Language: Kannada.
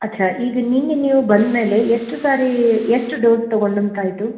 ಅಚ್ಛಾ ಈಗ ನಿನ್ನೆ ನೀವು ಬಂದ ಮೇಲೆ ಎಷ್ಟು ಸಾರಿ ಎಷ್ಟು ಡೋಸ್ ತಗೊಂಡಂತಾಯಿತು